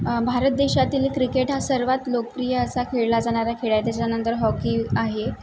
भारत देशातील क्रिकेट हा सर्वात लोकप्रिय असा खेळला जाणारा खेळ आहे त्याच्यानंतर हॉकी आहे